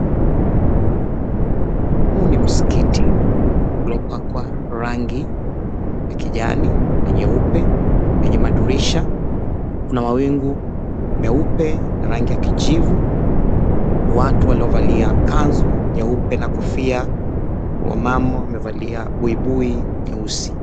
Huu ni msikiti uliopakwa rangi ya kijani na nyeupe na madirisha. Kuna mawingu meupe yenye rangi ya kijivu. Watu waliovalia kanzu nyeupe na kofia. Wamama wamevalia buibui nyeusi.